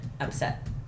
upset